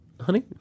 honey